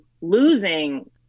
losing